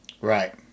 Right